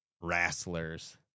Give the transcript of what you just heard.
wrestlers